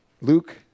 Luke